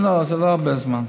זה כבר הרבה זמן.